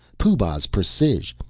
pooh-bah's precis,